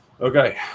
Okay